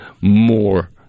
more